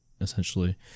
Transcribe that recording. essentially